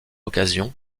occasion